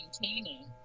maintaining